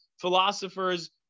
philosophers